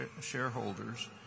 shareholders